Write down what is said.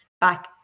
back